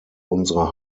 unsere